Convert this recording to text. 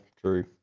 true